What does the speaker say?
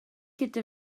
gyda